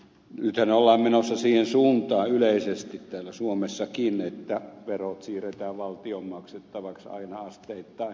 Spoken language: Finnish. nythän ollaan menossa siihen suuntaan yleisesti täällä suomessakin että verot siirretään valtion maksettavaksi aina asteittain